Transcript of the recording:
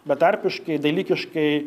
betarpiškai dalykiškai